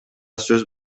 сөз